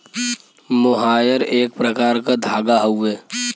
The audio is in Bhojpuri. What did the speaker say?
मोहायर एक प्रकार क धागा हउवे